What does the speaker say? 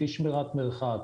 אי שמירת מרחק,